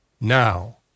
now